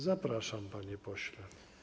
Zapraszam, panie pośle.